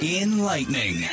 Enlightening